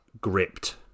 gripped